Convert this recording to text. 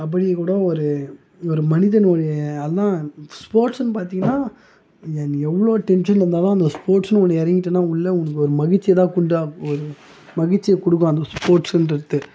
கபடிய கூட ஒரு ஒரு மனிதனுடைய அதுதான் ஸ்போர்ட்ஸ்னு பார்த்தீங்கன்னா எவ்வளோ டென்ஷன் இருந்தாலும் அந்த ஸ்போர்ட்ஸ்னு ஒன்று இறங்கிட்டனா உள்ள ஒரு மகிழ்ச்சயை தான் மகிழ்ச்சியை கொடுக்கும் அந்த ஸ்போர்ட்ஸ்ன்றது